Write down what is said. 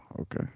okay